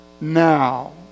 now